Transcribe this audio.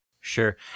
Sure